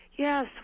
Yes